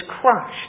crushed